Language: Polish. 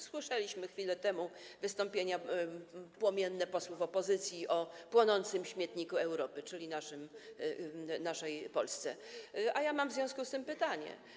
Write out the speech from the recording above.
Słyszeliśmy chwilę temu wystąpienia płomienne posłów opozycji o płonącym śmietniku Europy, czyli naszej Polsce, a ja mam w związku z tym pytanie: